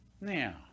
Now